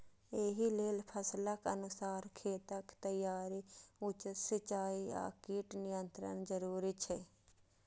एहि लेल फसलक अनुसार खेतक तैयारी, उचित सिंचाई आ कीट नियंत्रण जरूरी छै